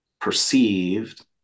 perceived